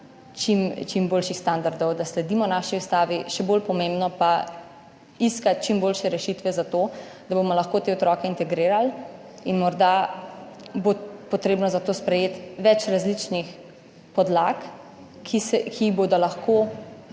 čim boljših standardov, da sledimo naši ustavi, še bolj pomembno pa iskati čim boljše rešitve za to, da bomo lahko te otroke integrirali in morda bo potrebno za to sprejeti več različnih podlag, ki jih bodo lahko